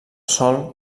sòl